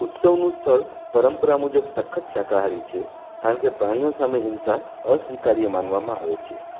ઉત્સવનું સ્થળ પરંપરા મુજબ સખત શાકાહારી છે કારણ કે પ્રાણીઓ સામે હિંસા અસ્વીકાર્ય માનવામાં આવે છે